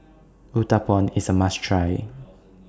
Uthapam IS A must Try